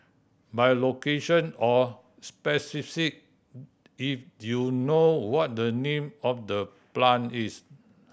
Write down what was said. by location or species if you know what the name of the plant is